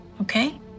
Okay